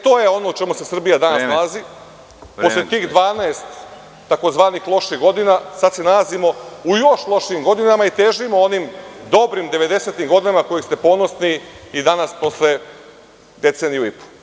To je ono na čemu se Srbija danas nalazi… (Predsedavajući: Vreme.) …posle tih 12 tzv. loših godina, a sad se nalazimo u još lošijim godinama i težimo onim dobrim 90-im godinama, na koje ste ponosni i danas posle deceniju i po.